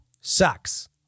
sucks